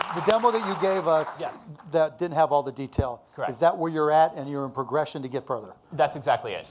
the demo that you gave us yes. didn't have all the detail? correct. is that where you're at, and you're in progression to get further? that's exactly it.